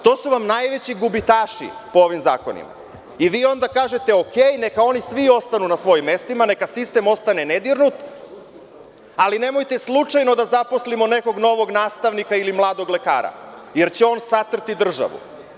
To su vam najveći gubitaši po ovim zakonima i vi onda kažete – okej, neka oni svi ostanu na svojim mestima, neka sistem ostane nedirnut, ali nemojte slučajno da zaposlimo nekog novog nastavnika ili mladog lekara, jer će on satrti državu.